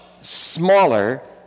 smaller